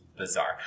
Bizarre